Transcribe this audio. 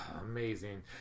amazing